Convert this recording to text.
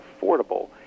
affordable